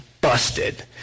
busted